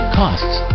costs